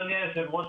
אדוני היושב ראש,